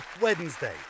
Wednesday